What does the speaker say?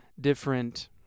different